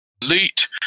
delete